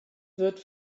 wird